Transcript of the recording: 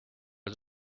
was